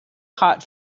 hot